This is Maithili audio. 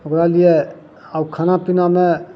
ओकरा लिये अब खाना पीनामे